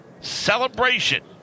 celebration